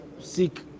Seek